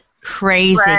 crazy